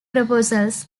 proposals